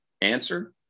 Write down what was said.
answer